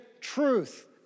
truth